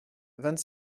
vingt